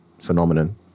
phenomenon